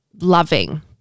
loving